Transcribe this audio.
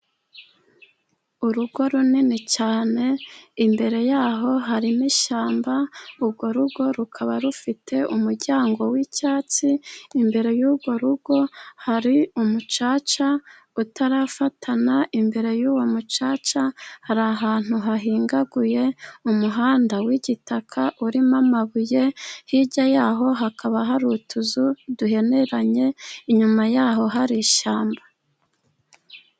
Urugo runini cyane, imbere yaho harimo ishyamba. Urwo rugo rukaba rufite umuryango w'icyatsi, imbere y'urwo rugo hari umucaca utarafatana, imbere y'uwo mucaca hari ahantu hahingaguye umuhanda w'igitaka urimo amabuye, hirya yaho hakaba hari utuzu duheneranye, inyuma yaho hari ishyamba.